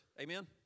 Amen